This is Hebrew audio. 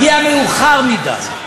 הגיע מאוחר מדי.